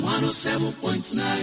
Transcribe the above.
107.9